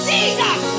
Jesus